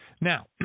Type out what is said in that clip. Now